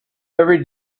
every